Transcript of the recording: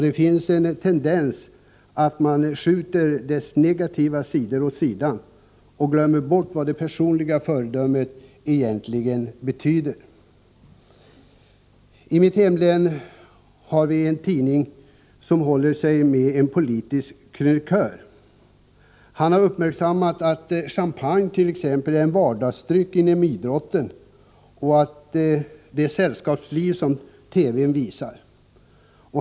Det finns en tendens att man skjuter undan dess negativa sidor och glömmer bort vad det personliga föredömet egentligen betyder. I mitt hemlän har vi en tidning som håller sig med en politisk krönikör. Han har uppmärksammat att t.ex. champagne är en vardagsdryck inom idrotten och i det sällskapsliv som TV visar.